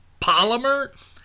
polymer